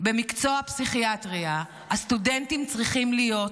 במקצוע פסיכיאטריה, הסטודנטים צריכים להיות